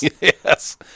Yes